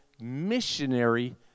missionary